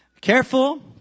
Careful